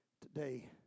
today